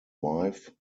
wife